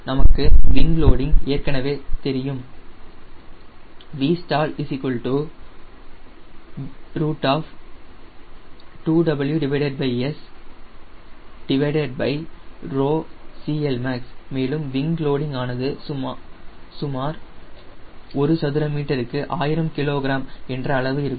நமக்கு wing loading தெரியும் Vstall 2WS மேலும் விங் லோடிங் ஆனது சுமார் சதுர மீட்டருக்கு 1000 kg என்ற அளவு இருக்கும்